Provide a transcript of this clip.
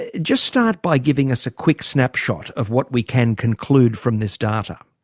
ah just start by giving us a quick snapshot of what we can conclude from this data.